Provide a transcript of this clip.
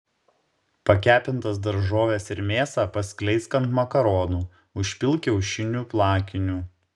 pakepintas daržoves ir mėsą paskleisk ant makaronų užpilk kiaušinių plakiniu